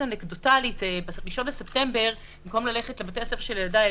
אנקדוטלית ב-1 בספטמבר במקום ללכת לבתי הספר של ילדיי,